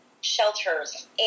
shelters